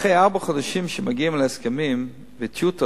אחרי ארבעה חודשים שמגיעים להסכמים ולטיוטות,